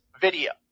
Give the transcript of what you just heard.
video